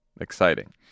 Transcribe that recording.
Exciting